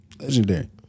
Legendary